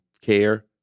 care